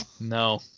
No